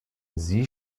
sie